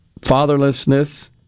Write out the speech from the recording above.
Fatherlessness